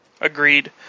Agreed